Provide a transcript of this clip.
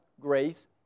grace